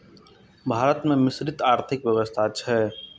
भारत मे मिश्रित आर्थिक व्यवस्था छै